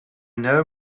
know